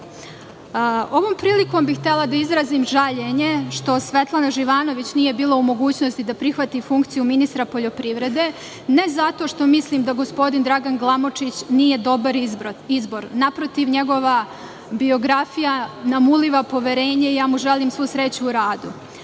prilikom bih htela da izrazim žaljenje što Svetlana Živanović nije bila u mogućnosti da prihvati funkciju ministra poljoprivrede, ali ne zato što mislim da gospodin Dragan Glamočić nije dobar izbor. Naprotiv, njegova biografija nam uliva poverenje i želim mu svu sreću u radu.